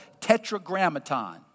Tetragrammaton